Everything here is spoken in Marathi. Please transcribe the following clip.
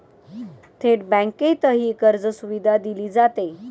थेट बँकेतही कर्जसुविधा दिली जाते